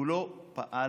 כולו פעל